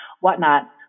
whatnot